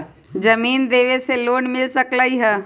जमीन देवे से लोन मिल सकलइ ह?